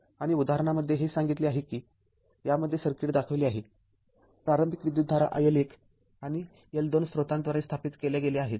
आणि उदाहरणामध्ये हे सांगितले आहे कि यामध्ये सर्किट दाखविले आहे